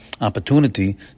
opportunity